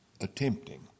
attempting